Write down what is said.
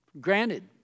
Granted